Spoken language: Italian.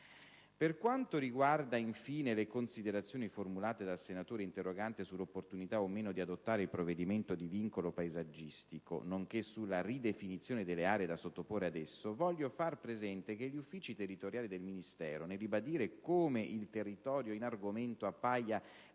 Per quanto riguarda, infine, le considerazioni formulate dal senatore interrogante sull'opportunità o meno di adottare il provvedimento di vincolo paesaggistico nonché sulla ridefinizione delle aree da sottoporre ad esso, voglio far presente che gli uffici territoriali del Ministero, nel ribadire come il territorio in argomento appaia